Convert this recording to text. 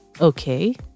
Okay